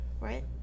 Right